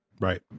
Right